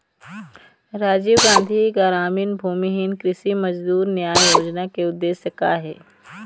राजीव गांधी गरामीन भूमिहीन कृषि मजदूर न्याय योजना के उद्देश्य का हे?